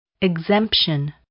Exemption